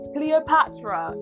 Cleopatra